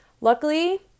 Luckily